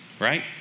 right